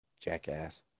Jackass